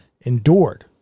endured